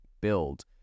build